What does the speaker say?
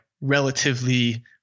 relatively –